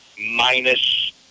Minus